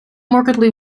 markedly